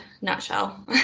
nutshell